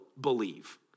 believe